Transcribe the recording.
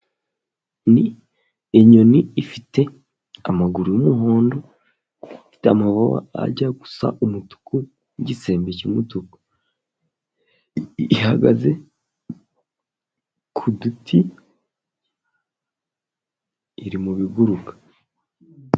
Ni inyoni ifite amaguru y'umuhondo ifite amababa ajya gusa umutuku n'igisembe cy'umutuku, ihagaze ku duti iri mu biguruka.